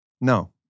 no